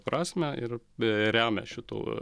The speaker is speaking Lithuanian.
prasmę ir beje remia šito